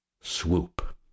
swoop